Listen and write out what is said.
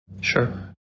Sure